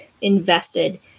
invested